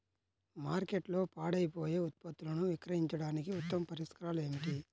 మార్కెట్లో పాడైపోయే ఉత్పత్తులను విక్రయించడానికి ఉత్తమ పరిష్కారాలు ఏమిటి?